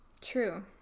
true